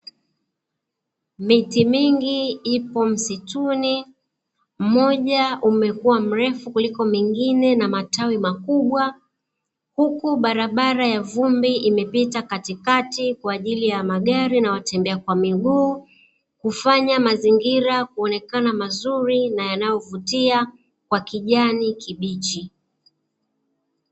Miti mingi ipo msituni, mmoja umekuwa mrefu kuliko mingine na matawi makubwa. Huku barabara ya vumbi imepita katikati kwa ajili ya magari na watembea kwa miguu, kufanya mazingira kuonekana mazuri na yanayovutia kwa kijani kibichi.